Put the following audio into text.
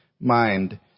mind